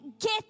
get